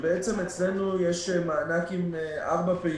אצלנו יש מענק עם ארבע פעימות,